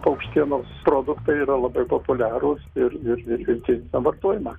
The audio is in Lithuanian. paukštienos produktai yra labai populiarūs ir ir ir ir didina vartojimą